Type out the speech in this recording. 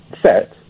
set